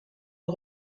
nom